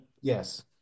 Yes